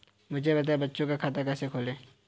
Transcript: मुझे बताएँ बच्चों का खाता कैसे खोलें?